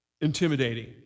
intimidating